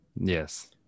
yes